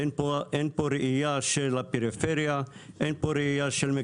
אין פה ראיה של הפריפריה,